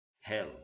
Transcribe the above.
hell